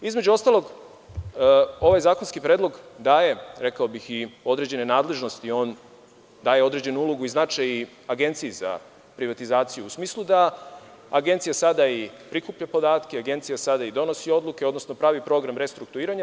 Između ostalog, ovaj zakonski predlog daje i određene nadležnosti i daje određenu ulogu i značaj Agenciji za privatizaciju, u smislu da Agencija sada i prikuplja podatke, Agencija sada i donosi odluke, odnosno pravi program restrukturiranja.